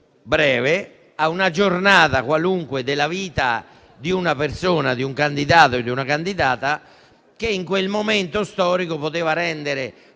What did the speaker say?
breve, a una giornata qualunque della vita di una persona, di un candidato e di una candidata, che, in quel momento storico, poteva rendere